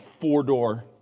four-door